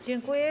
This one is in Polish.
Dziękuję.